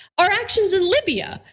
our actions in libya.